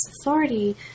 authority